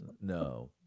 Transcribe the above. No